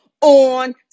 on